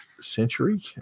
century